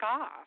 off